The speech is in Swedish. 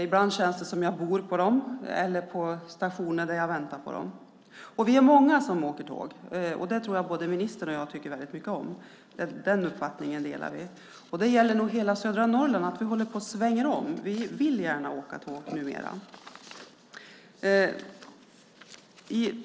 Ibland känns det som att jag bor på tåget eller på stationen där jag väntar. Vi är många som åker tåg, och jag tror att både ministern och jag tycker väldigt mycket om det - den uppfattningen delar vi. Det gäller nog för hela södra Norrland att vi håller på att svänga om - vi vill gärna åka tåg numera.